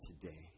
today